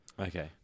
Okay